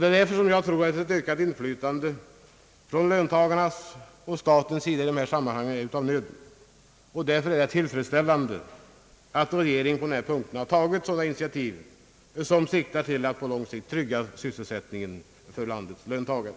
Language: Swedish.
Det är därför jag tror att ett ökat inflytande från löntagarnas och statens sida i detta sammanhang är nödvändigt, och det är tillfredsställande att regeringen har tagit initiativ som siktar till att på lång sikt trygga syselsättningen för landets löntagare.